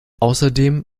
außerdem